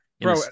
Bro